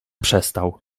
przestał